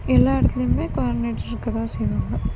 எல்லா இடத்துலயுமே குவாடினேட்டர் இருக்க தான் செய்றாங்க